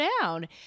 down